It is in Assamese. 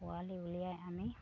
পোৱালি উলিয়াই আমি